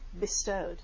bestowed